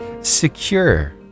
secure